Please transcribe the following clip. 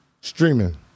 Streaming